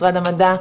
משרד המדע,